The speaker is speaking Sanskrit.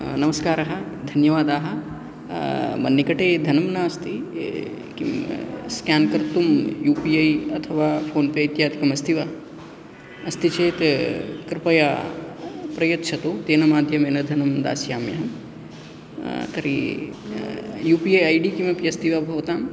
नमस्कारः धन्यवादाः मन्निकटे धनं नास्ति किं स्केन् कर्तुं यू पी ऐ अथवा फोन्पे इत्यादिकम् अस्ति वा अस्ति चेत् कृपया प्रयच्छतु तेन माध्यमेन धनं दास्यामि अहं तर्हि U P I I D किमपि अस्ति भवतां